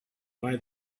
why